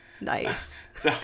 Nice